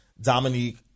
Dominique